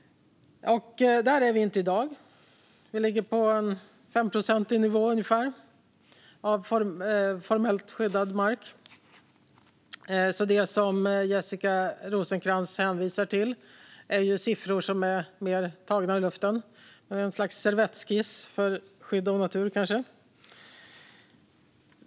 Där är vi inte i dag. Vi ligger på en 5-procentig nivå ungefär av formellt skyddad mark. De siffror som Jessica Rosencrantz hänvisar till är därför mer tagna ur luften - ett slags servettskiss för skydd av vår natur kanske.